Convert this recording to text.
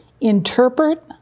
interpret